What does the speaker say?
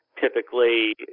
typically